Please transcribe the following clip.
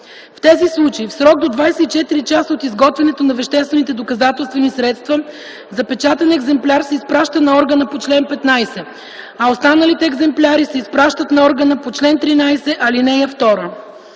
В тези случаи в срок до 24 часа от изготвянето на веществените доказателствени средства запечатан екземпляр се изпраща на органа по чл. 15, а останалите екземпляри се изпращат на органа по чл. 13, ал. 2”.”